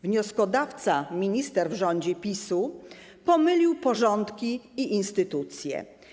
Wnioskodawca, minister w rządzie PiS-u pomylił porządki i instytucje.